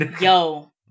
yo